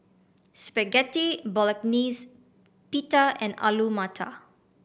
Spaghetti Bolognese Pita and Alu Matar